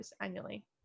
annually